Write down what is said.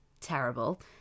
Terrible